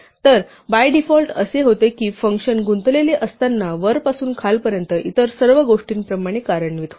तर by default असे होते की फंक्शन गुंतलेले असताना वरपासून खालपर्यंत इतर सर्व गोष्टींप्रमाणे कार्यान्वित होते